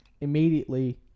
immediately